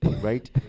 right